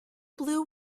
blew